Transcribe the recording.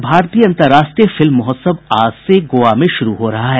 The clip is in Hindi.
और भारतीय अंतर्राष्ट्रीय फिल्म महोत्सव आज से गोवा में शुरू हो रहा है